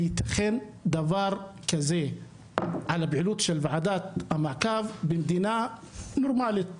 הייתכן דבר כזה על הפעילות של ועדת המעקב במדינה נורמלית,